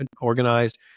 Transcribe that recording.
organized